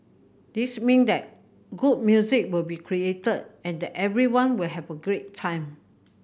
this mean that good music will be created and that everyone will have a great time